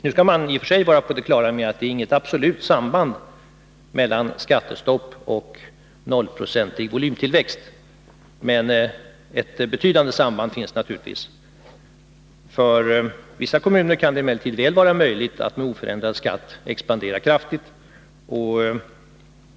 Nu skall man i och för sig vara på det klara med att det inte finns något absolut samband mellan skattestopp och nollprocentig volymtillväxt, men ett betydande samband finns naturligtvis. För vissa kommuner kan det emellertid vara möjligt att med oförändrad skatt expandera kraftigt.